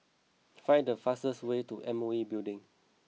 find the fastest way to M O E Building